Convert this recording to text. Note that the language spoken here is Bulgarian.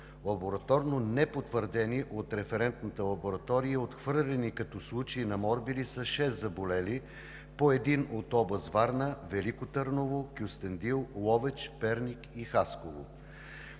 Лабораторно непотвърдени от Референтната лаборатория и отхвърлени като случаи на морбили са шест заболели – по един от област Варна, Велико Търново, Кюстендил, Ловеч, Перник и Хасково.